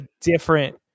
different